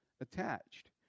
attached